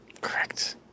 Correct